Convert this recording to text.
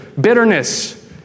bitterness